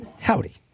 Howdy